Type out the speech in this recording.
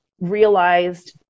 realized